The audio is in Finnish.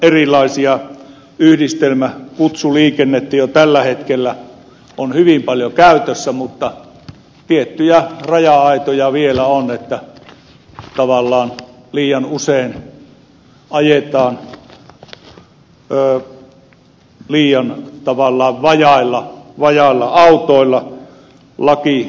erilaista yhdistelmäkutsuliikennettä on jo tällä hetkellä hyvin paljon käytössä mutta tiettyjä raja aitoja vielä on että tavallaan liian usein ajetaan liian vajailla autoilla